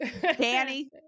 Danny